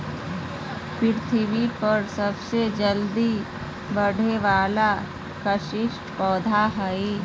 पृथ्वी पर सबसे जल्दी बढ़े वाला काष्ठिय पौधा हइ